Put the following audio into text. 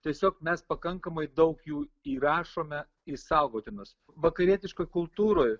tiesiog mes pakankamai daug jų įrašome į saugotinus vakarietiškoj kultūroj